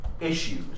issues